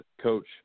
coach